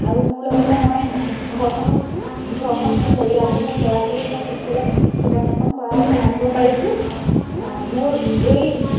আৰু মোৰ লগতে মই ঘৰখনো ঘৰখন মোৰ পৰিয়ালটো মোৰ ল'ৰা ছোৱালীক মই সুখেৰে জীৱন যাপন কৰাই চলাই নিব পাৰিছোঁ মোৰ এই